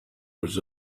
was